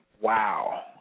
wow